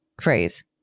phrase